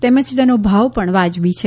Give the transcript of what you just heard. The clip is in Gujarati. તેમજ તેનો ભાવ પણ વાજબી છે